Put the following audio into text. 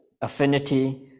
affinity